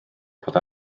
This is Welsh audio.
bod